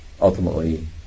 ultimately